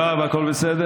יואב, הכול בסדר?